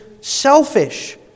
selfish